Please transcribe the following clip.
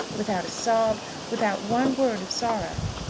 without a sob without one word of sorrow.